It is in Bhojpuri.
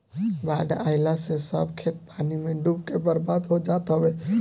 बाढ़ आइला से सब खेत पानी में डूब के बर्बाद हो जात हवे